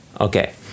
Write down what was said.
Okay